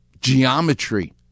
geometry